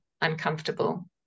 uncomfortable